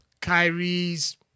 Kyrie's